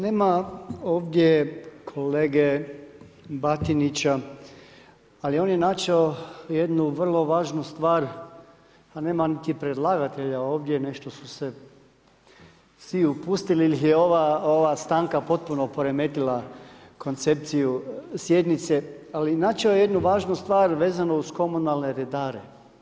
Nema ovdje kolege Batinića, ali on je načeo jednu vrlo važnu stvar, a nema niti predlagatelja ovdje, nešto su se svi upustili ili je ova stanka potpuno poremetila koncepciju sjednice, ali načeo je jednu važnu stvar vezano uz komunalne redare.